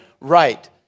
right